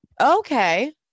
okay